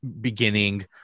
beginning